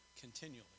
continually